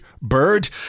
Bird